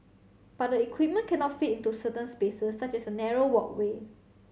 but the equipment cannot fit into certain spaces such as a narrow walkway